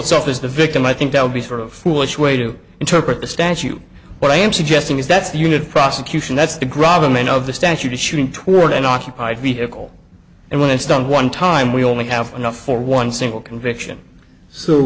itself is the victim i think that would be sort of foolish way to interpret the statute but i am suggesting is that's the unit of prosecution that's to grab a man of the stature to shooting toward an occupied vehicle and when it's done one time we only have enough for one single conviction so